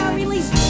release